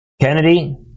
Kennedy